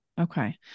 Okay